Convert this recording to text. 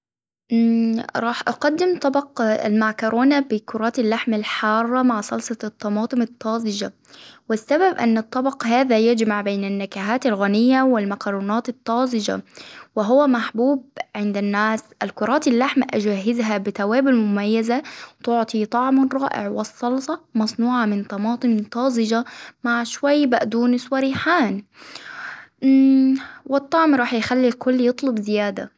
مم راح أقدم طبق المعكرونة بكرات اللحم الحارة مع صلصة الطماطم الطازجة، والسبب أن الطبق هذا يجمع بين النكهات الغنية والمكرونات الطازجة، وهو محبوب عند الناس الكرات اللحم أجهزها بتوابل مميزة تعطي طعم رائع ، والصلصة مصنوعة من طماطم طازجة مع شوي بقدونس وريحان، والطعم رح يخلي الكل يطلب زيادة.